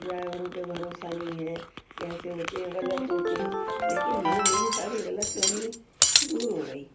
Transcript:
ڈرائیوروں پہ بھروسہ نہیں ہے کیسے ہوتے ہیں غلط ہوتے ہیں لیکن وہ میری ساری غلط فہمی دور ہو گئی